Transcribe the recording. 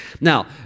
Now